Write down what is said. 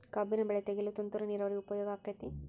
ಕಬ್ಬಿನ ಬೆಳೆ ತೆಗೆಯಲು ತುಂತುರು ನೇರಾವರಿ ಉಪಯೋಗ ಆಕ್ಕೆತ್ತಿ?